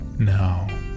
Now